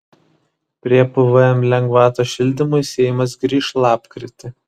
prie pvm lengvatos šildymui seimas grįš lapkritį